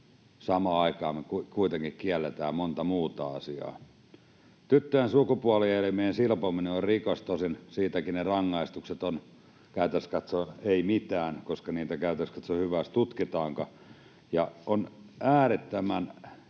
Samaan aikaan me kuitenkin kielletään monta muuta asiaa. Tyttöjen sukupuolielimien silpominen on rikos, tosin siitäkin ne rangaistukset ovat käytännössä katsoen ei mitään, koska niitä käytännössä hyvä jos tutkitaankaan. On äärettömän